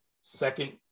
second